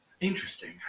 interesting